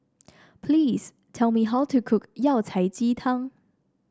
please tell me how to cook Yao Cai Ji Tang